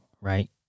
right